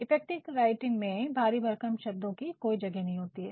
effective writing में भारी भरकम शब्दों की कोई जगह नहीं होती है